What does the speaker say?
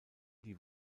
die